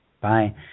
Bye